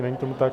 Není tomu tak.